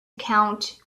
count